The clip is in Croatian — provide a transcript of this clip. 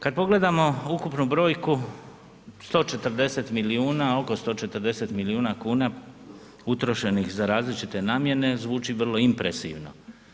Kad pogledamo ukupnu brojku 140 milijuna oko 140 miliona kuna utrošenih za različite namjene zvuči vrlo impresivno.